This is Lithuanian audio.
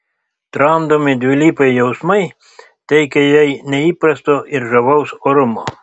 tramdomi dvilypiai jausmai teikia jai neįprasto ir žavaus orumo